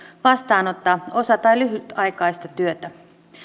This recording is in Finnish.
vastaanottaa osa tai lyhytaikaista työtä